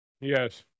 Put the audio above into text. Yes